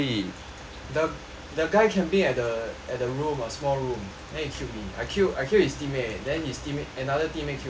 the guy camping at the at the room a small room then he killed me I kill I killed his teammate then his team another teammate killed me